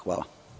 Hvala.